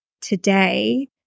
today